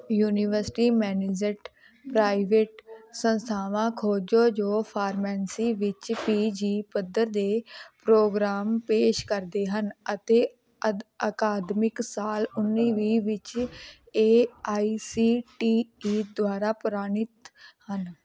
university managed private ਸੰਸਥਾਵਾਂ ਖੋਜੋ ਜੋ ਫਾਰਮੇਂਸੀ ਵਿੱਚ ਪੀ ਜੀ ਪੱਧਰ ਦੇ ਪ੍ਰੋਗਰਾਮ ਪੇਸ਼ ਕਰਦੇ ਹਨ ਅਤੇ ਅਦ ਅਕਾਦਮਿਕ ਸਾਲ ਉੱਨੀ ਵੀਹ ਵਿੱਚ A I C T E ਦੁਆਰਾ ਪ੍ਰਵਾਨਿਤ ਹਨ